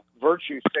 virtue